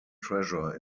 treasure